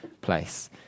place